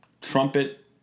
trumpet